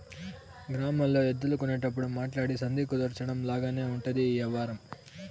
గ్రామాల్లో ఎద్దులు కొనేటప్పుడు మాట్లాడి సంధి కుదర్చడం లాగానే ఉంటది ఈ యవ్వారం